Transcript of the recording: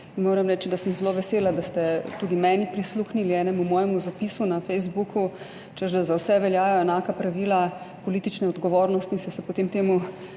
moram reči, da sem zelo vesela, da ste tudi meni prisluhnili, enemu mojemu zapisu na Facebooku, češ da za vse veljajo enaka pravila politične odgovornosti in ste se potem